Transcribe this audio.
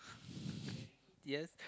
yes